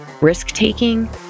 Risk-taking